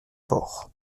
port